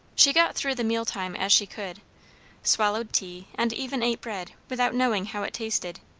she got through the meal-time as she could swallowed tea, and even ate bread, without knowing how it tasted,